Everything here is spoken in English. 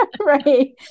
Right